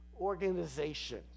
organization